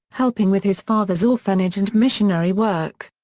helping with his father's orphanage and missionary work.